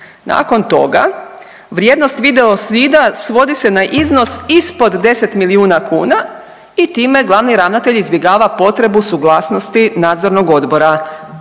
Nakon toga vrijednost video zida svodi se na iznos ispod 10 milijuna kuna i time glavni ravnatelj izbjegava potrebu suglasnosti nadzornog odbora.